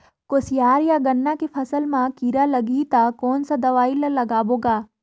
कोशियार या गन्ना के फसल मा कीरा लगही ता कौन सा दवाई ला लगाबो गा?